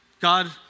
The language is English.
God